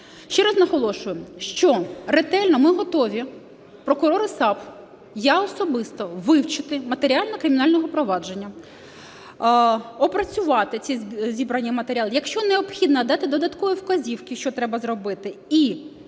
Ще раз наголошую, що ретельно ми готові, прокури САП, я особисто, вивчити матеріали кримінального провадження, опрацювати ці зібрані матеріали. Якщо необхідно, дати додаткові вказівки, що треба зробити.